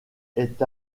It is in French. est